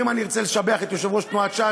ואם אני ארצה לשבח את יושב-ראש תנועת ש"ס,